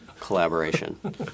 collaboration